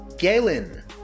Galen